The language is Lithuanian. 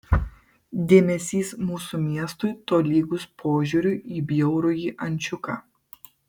dėmesys mūsų miestui tolygus požiūriui į bjaurųjį ančiuką